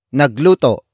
nagluto